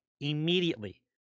immediately